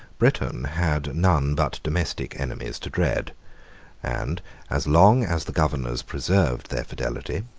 britain had none but domestic enemies to dread and as long as the governors preserved their fidelity,